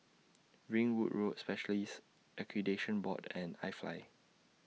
Ringwood Road Specialists Accreditation Board and IFly